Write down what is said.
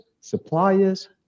suppliers